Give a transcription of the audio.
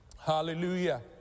Hallelujah